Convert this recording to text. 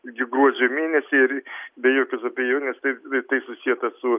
iki gruodžio mėnesio ir be jokios abejonės tai tai susieta su